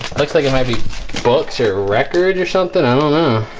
looks like it might be books or records or something i don't know